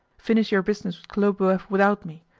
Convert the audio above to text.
finish your business with khlobuev without me,